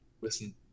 listen